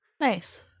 Nice